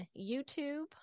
YouTube